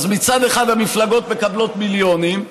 אז מצד אחד המפלגות מקבלות מיליונים,